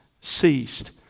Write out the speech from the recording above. ceased